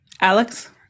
Alex